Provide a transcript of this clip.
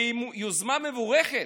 והיא יוזמה מבורכת,